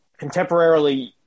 contemporarily